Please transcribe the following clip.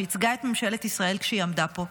שייצגה את ממשלת ישראל כשהיא עמדה פה,